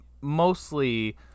mostly